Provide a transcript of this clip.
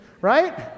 right